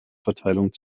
verteilung